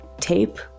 tape